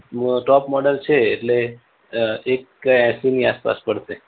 top model છે એટલે એક એંસીની આસપાસ પડશે